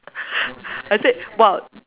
I said !wow!